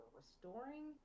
restoring